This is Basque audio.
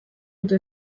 ote